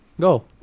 Go